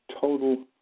total